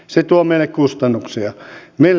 se tuo meille kustannuksia